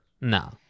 No